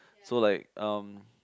so like um